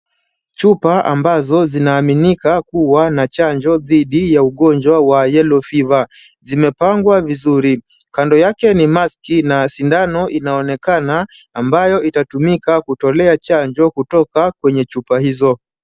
Chupa ambazo zinaaminika kuwa na chanjo dhidi ya ugonjwa wa yellow fever ,zimepangwa vizuri. Kando yake ni maski na sindano inaonekana ambayo itatumika kutolea chanjo kutoka kwenye chupa hizo.